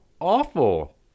awful